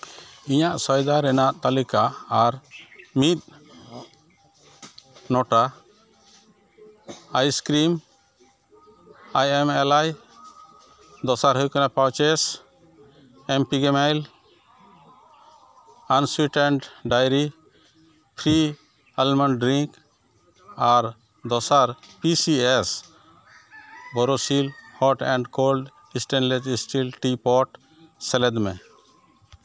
ᱤᱧᱟᱹᱜ ᱥᱚᱭᱫᱟ ᱨᱮᱱᱟᱜ ᱛᱟᱹᱞᱤᱠᱟ ᱟᱨ ᱢᱤᱫ ᱱᱚᱴᱟ ice cream I M L ᱟᱭ ᱫᱚᱥᱟᱨ ᱦᱩᱭᱩᱜ ᱠᱟᱱᱟ purchase M P ᱢᱟᱹᱭᱤᱞ unsweetened dairy free almond drink ᱟᱨ ᱫᱚᱥᱟᱨ P C S Borosil hot and cold T ᱯᱳᱴ ᱥᱮᱞᱮᱫ ᱢᱮ